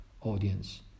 audience